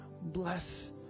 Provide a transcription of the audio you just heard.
bless